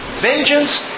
vengeance